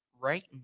right